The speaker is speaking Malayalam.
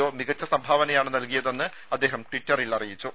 ഒ മികച്ച സംഭാവനയാണ് നൽകിയതെന്ന് അദ്ദേഹം ടിറ്ററിൽ അറിയിച്ചു